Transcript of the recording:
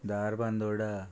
Dharbandora